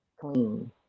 clean